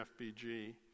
FBG